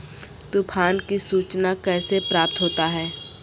तुफान की सुचना कैसे प्राप्त होता हैं?